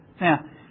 Now